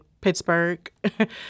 Pittsburgh